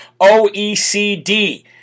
OECD